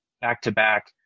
back-to-back